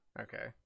Okay